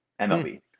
MLB